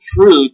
truth